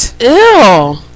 Ew